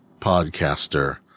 podcaster